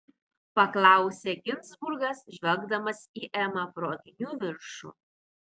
paklausė ginzburgas žvelgdamas į emą pro akinių viršų